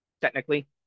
technically